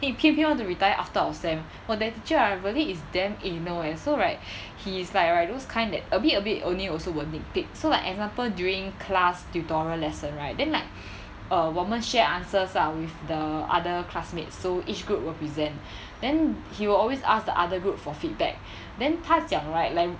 then he 偏偏 want to retire after our sem !wah! that teacher ah really is damn anal eh so right he is like right those kind that a bit a bit only also will nitpick so like example during class tutorial lesson right then like err 我们 share answers ah with the other classmates so each group will present then he will always ask the other group for feedback then 他讲 right like